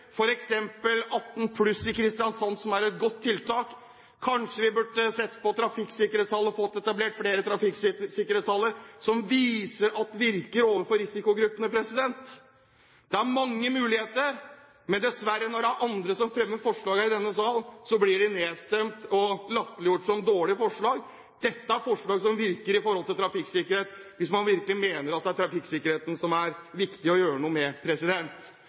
f.eks. 18 pluss i Kristiansand, som er et godt tiltak. Kanskje vi burde få etablert flere trafikksikkerhetshaller, som det viser seg virker overfor risikogruppene. Det er mange muligheter, men dessverre, når det er andre som fremmer forslag her i denne sal, blir de nedstemt og latterliggjort som dårlige forslag. Dette er forslag som virker i forhold til trafikksikkerhet, hvis man virkelig mener at det er trafikksikkerheten det er viktig å gjøre noe med.